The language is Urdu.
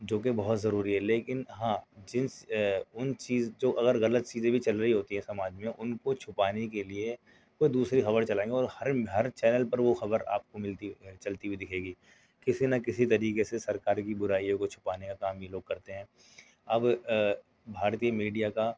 جو کہ بہت ضروری ہے لیکن ہاں جس ان چیز جو اگر غلط چیزیں بھی چل رہی ہوتی ہیں سماج میں ان کو چھپانے کے لئے وہ دوسرے خبر چلائیں گے ہر ہر چینل پر وہ خبر آپ ملتی ہوئی چلتی ہوئی دکھے گی کسی نہ کسی طریقے سے سرکار کی برائیوں کو چھپانے کا کام یہ لوگ کرتے ہیں اب بھارتیہ میڈیا کا